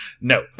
No